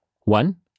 One